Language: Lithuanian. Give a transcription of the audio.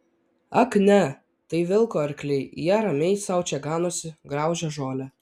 ak ne tai vilko arkliai jie ramiai sau čia ganosi graužia žolę